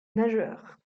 nageurs